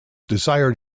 desired